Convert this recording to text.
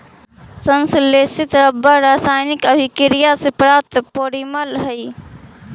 संश्लेषित रबर रासायनिक अभिक्रिया से प्राप्त पॉलिमर हइ